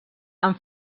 amb